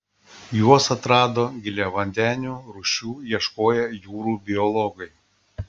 juos atrado giliavandenių rūšių ieškoję jūrų biologai